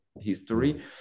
history